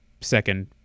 second